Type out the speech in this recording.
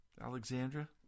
Alexandra